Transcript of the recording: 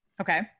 Okay